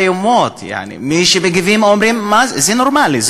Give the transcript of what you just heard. מי שמגיבים אומרים: זה נורמלי,